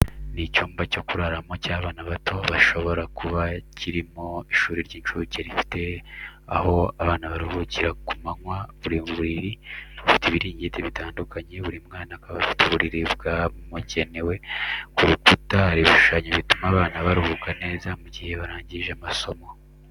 Ni icyumba cyo kuraramo cy’abana bato, cyashobora kuba kirimo ishuri ry’incuke rifite aho abana baruhukira ku manywa, buri buriri bufite ibiringiti bitandukanye, buri mwana akaba afite uburiri bwamugenewe. Ku rukuta hari ibishushanyo bituma abana baruhuka neza mu gihe barangije amasomo.